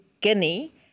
Guinea